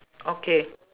okay